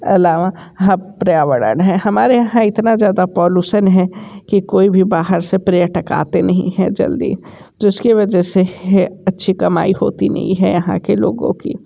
अलावा पर्यावरण है हमारे यहाँ इतना ज़्यादा पॉल्यूशन है कि कोई भी बाहर से पर्यटक आते नहीं है जल्दी जिसकी वजह से अच्छी कमाई होती नहीं है यहाँ के लोगों की